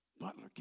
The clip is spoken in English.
butler